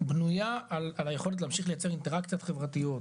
בנויה על היכולת להמשיך לייצר אינטראקציות חברתיות,